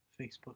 Facebook